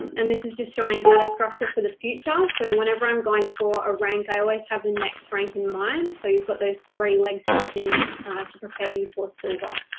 and this is just showing how to structure for the future, so and whenever i'm going for a rank, i always have the next rank in mind, so you've got those three legs happening to prepare you for silver.